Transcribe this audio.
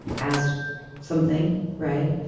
as something. right.